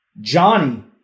Johnny